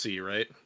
right